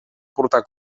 portar